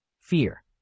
Fear